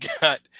got